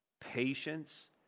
patience